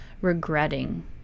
regretting